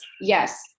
Yes